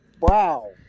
Wow